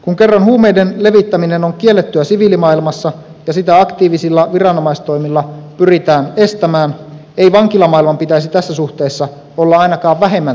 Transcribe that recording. kun kerran huumeiden levittäminen on kiellettyä siviilimaailmassa ja sitä aktiivisilla viranomaistoimilla pyritään estämään ei vankilamaailman pitäisi tässä suhteessa olla ainakaan vähemmän tiukka paikka